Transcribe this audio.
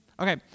Okay